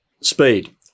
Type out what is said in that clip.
speed